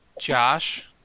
Josh